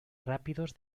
rápidos